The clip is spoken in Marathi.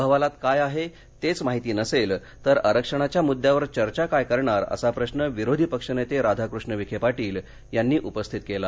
अहवालात काय आहे तेच माहिती नसेल तर आरक्षणाच्या मुद्यावर चर्चा काय करणार असा प्रश्र विरोधी पक्षनेते राधाकृष्ण विखे पाटील यांनी उपस्थित केला